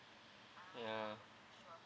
ya